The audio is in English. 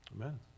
Amen